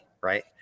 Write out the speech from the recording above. Right